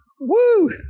woo